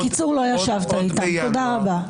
בקיצור, לא ישבת איתם, תודה רבה.